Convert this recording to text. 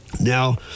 now